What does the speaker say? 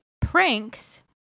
pranks